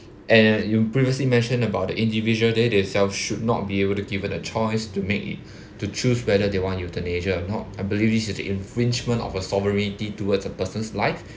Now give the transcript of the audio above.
and you previously mentioned about the individual they themself should not be able to given a choice to make it to choose whether they want euthanasia or not I believe this is the infringement of a sovereignty towards a person's life